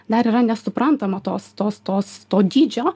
dar yra nesuprantama tos tos tos to dydžio